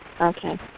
Okay